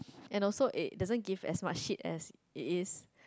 and also it doesn't give as much shit as it is